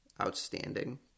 outstanding